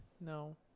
no